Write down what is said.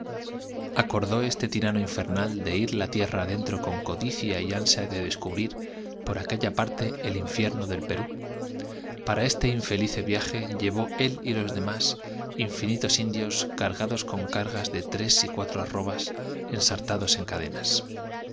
ó este tirano infernal de ir la tierra a d e n tro con codicia y ansia d e descubrir por aquella parte el infierno d e l p e r ú p a r a este infelice viaje l l e v ó el y los d e m á s infinitos indios cargados con cargas d e tres y quatro arrobas ensartados en c